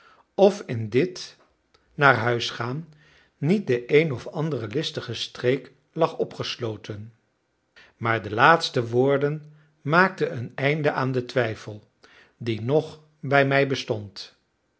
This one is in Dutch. of in dit naar huis gaan niet de een of andere listige streek lag opgesloten maar de laatste woorden maakten een einde aan den twijfel die nog bij mij bestond